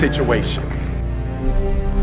situation